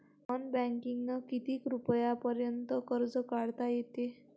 Non बँकिंगनं किती रुपयापर्यंत कर्ज काढता येते?